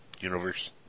universe